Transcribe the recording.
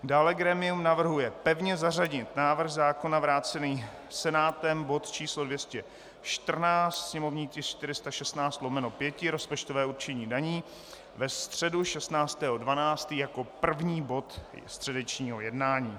Dále grémium navrhuje pevně zařadit návrh zákona vrácený Senátem bod číslo 214, sněmovní tisk 416/5, rozpočtové určení daní, na středu 16. 12. jako první bod středečního jednání.